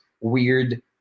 weird